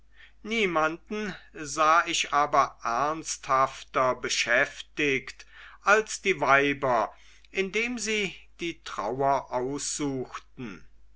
niemanden sah ich aber ernsthafter beschäftigt als die weiber indem sie die trauer aussuchten